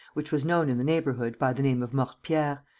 which was known in the neighbourhood by the name of mortepierre,